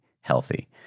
healthy